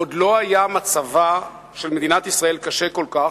עוד לא היה מצבה של מדינת ישראל קשה כל כך,